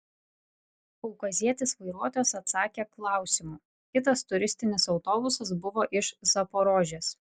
kaukazietis vairuotojas atsakė klausimu kitas turistinis autobusas buvo iš zaporožės